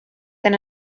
than